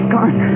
Gone